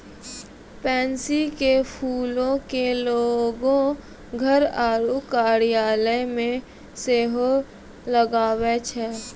pansy के फूलो के लोगें घर आरु कार्यालय मे सेहो लगाबै छै